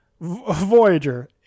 Voyager